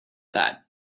that